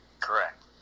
Correct